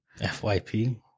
FYP